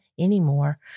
anymore